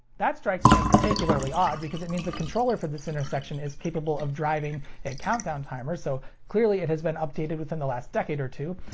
that strikes me as particularly odd because it means the controller for this intersection is capable of driving a countdown timer, so clearly it has been updated within the last decade or two,